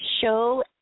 show